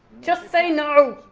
just say no.